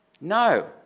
No